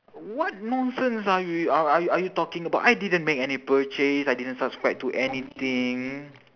what nonsense are you are are are you talking about I didn't make any purchase I didn't subscribe to anything